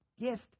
gift